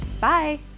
Bye